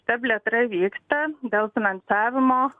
ta plėtra vyksta dėl finansavimo